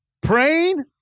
praying